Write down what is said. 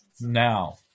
Now